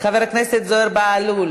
חבר הכנסת זוהיר בהלול,